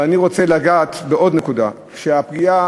אבל אני רוצה לגעת בעוד נקודה ולומר שהפגיעה